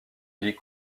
lit